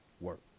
work